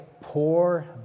poor